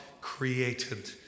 created